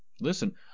listen